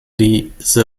diese